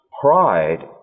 Pride